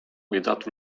without